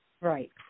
Right